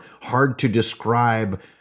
hard-to-describe